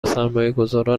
سرمایهگذاران